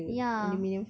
ya